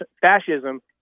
fascism